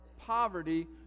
poverty